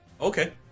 Okay